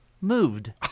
moved